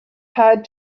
had